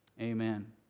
amen